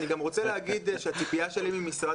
אני גם רוצה להגיד שהציפייה שלי ממשרד